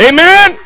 Amen